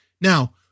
Now